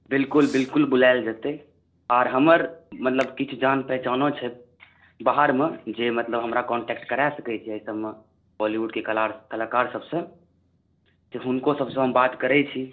बिलकुल बिलकुल बुलायल जेतै आओर हमर मतलब किछु जान पहचानो छै बाहरमे जे मतलब हमरा कान्टेक्ट करा सकैत छै एहि सभमे बॉलीवुडके कलार कलाकार सभसँ से हुनको सभसँ हम बात करैत छी